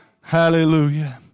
Hallelujah